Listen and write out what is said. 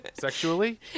sexually